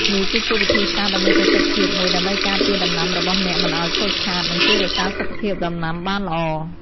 នេះគឺជាវិធីសាស្រ្តដ៏មានប្រសិទ្ធភាពមួយដើម្បីការពារដំណាំរបស់អ្នកមិនឲ្យខូចខាត និងជួយរក្សាសុខភាពដំណាំបានល្អ។